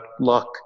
luck